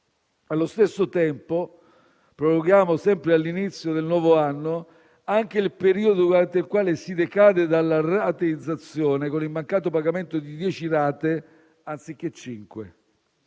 Allo stesso tempo, proroghiamo sempre all'inizio del nuovo anno anche il periodo durante il quale si decade dalla rateizzazione, con il mancato pagamento di dieci rate anziché